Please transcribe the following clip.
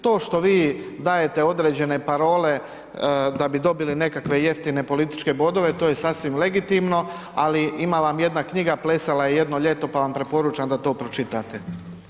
To što vi dajete određene parole da bi dobili nekakve jeftine političke bodove to je sasvim legitimno, ali ima vam jedna knjiga Plesala je jedno ljeto, pa vam preporučam da to pročitate.